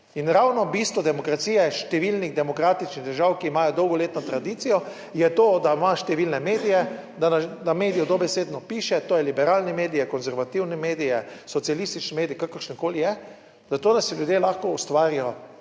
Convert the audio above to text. In ravno bistvo demokracije številnih demokratičnih držav, ki imajo dolgoletno tradicijo je to, da ima številne medije, da na mediju dobesedno piše, to je liberalne medije, konservativne medije, socialistični medij, kakršenkoli je, zato, da si ljudje lahko ustvarijo,